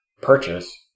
purchase